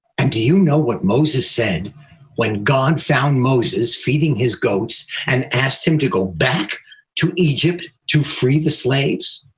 and do you know what moses said when god found moses feeding his goats and asked him to go back to egypt to free the slaves?